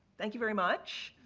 thank you very much.